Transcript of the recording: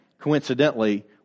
coincidentally